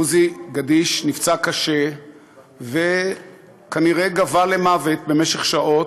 עוזי גדיש נפצע קשה וכנראה גווע למוות במשך שעות.